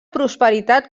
prosperitat